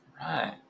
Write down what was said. right